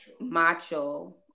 macho